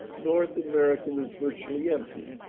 north america was virtually empty.